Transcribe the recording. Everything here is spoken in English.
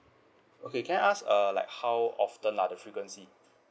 okay can I ask err like how often lah the frequency